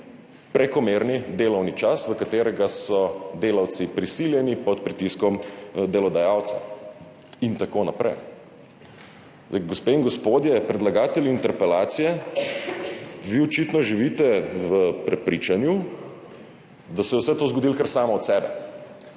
prekomerni delovni čas, v katerega so delavci prisiljeni pod pritiskom delodajalca in tako naprej. Gospe in gospodje, predlagatelji interpelacije, vi očitno živite v prepričanju, da se je vse to zgodilo kar samo od sebe.